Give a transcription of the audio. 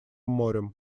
морем